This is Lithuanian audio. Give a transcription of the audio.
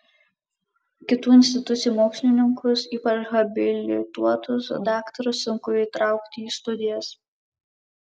kitų institucijų mokslininkus ypač habilituotus daktarus sunku įtraukti į studijas